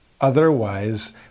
otherwise